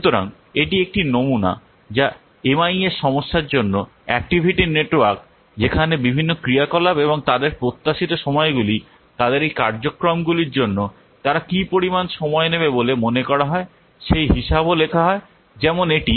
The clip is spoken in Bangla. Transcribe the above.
সুতরাং এটি একটি নমুনা যা এমআইএস সমস্যার জন্য অ্যাক্টিভিটি নেটওয়ার্ক যেখানে বিভিন্ন ক্রিয়াকলাপ এবং তাদের প্রত্যাশিত সময়গুলি তাদের এই কার্যক্রমগুলির জন্য তারা কী পরিমাণ সময় নেবে বলে মনে করা হয় সেই হিসাবও লেখা হয় যেমন এটি